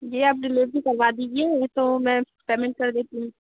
जी आप डिलीवरी करवा दीजिए तो मैं पेमेंट कर देती हूँ